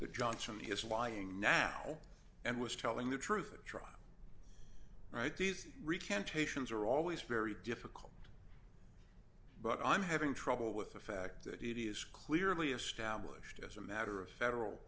that johnson is lying now and was telling the truth trial right these recantations are always very difficult but i'm having trouble with the fact that it is clearly established as a matter of federal